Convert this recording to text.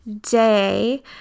day